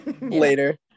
later